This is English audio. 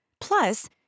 Plus